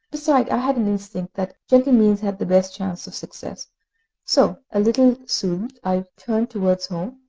besides, i had an instinct that gentle means had the best chance of success so, a little soothed, i turned towards home,